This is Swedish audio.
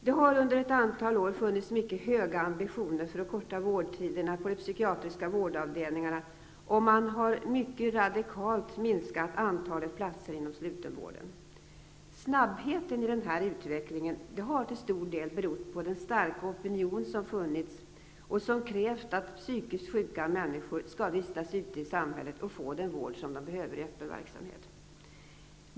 Det har under ett antal år funnits mycket höga ambitioner att förkorta vårdtiderna på de psykiatriska vårdavdelningarna, och man har mycket radikalt minskat antalet platser inom slutenvården. Snabbheten i den här utvecklingen har till stor del berott på den starka opinion som funnits och som krävt att psykiskt sjuka människor skall vistas ute i samhället och få den vård de behöver i öppen verksamhet.